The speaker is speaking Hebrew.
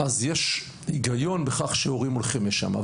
יש הגיון שהורים הולכים לשם.